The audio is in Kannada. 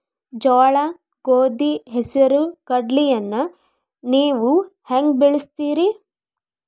ಜೋಳ, ಗೋಧಿ, ಹೆಸರು, ಕಡ್ಲಿಯನ್ನ ನೇವು ಹೆಂಗ್ ಬೆಳಿತಿರಿ?